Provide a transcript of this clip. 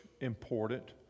important